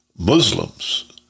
Muslims